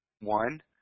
One